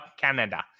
Canada